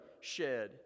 shed